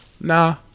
Nah